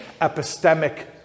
epistemic